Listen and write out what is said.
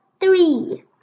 three